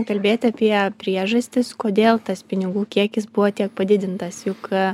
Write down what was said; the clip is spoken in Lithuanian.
kalbėti apie priežastis kodėl tas pinigų kiekis buvo tiek padidintas juk